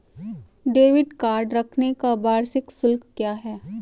Debit card रखने का वार्षिक शुल्क क्या है?